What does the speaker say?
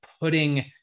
putting